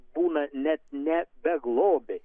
būna net ne beglobiai